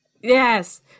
Yes